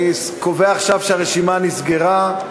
אני קובע עכשיו שהרשימה נסגרה.